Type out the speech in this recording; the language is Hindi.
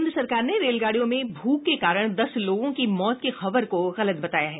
केन्द्र सरकार ने रेलगाडियों में भूख के कारण दस लोगों की मौत की खबर को गलत बताया है